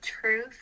truth